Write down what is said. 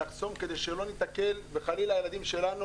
לטעמי,